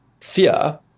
fear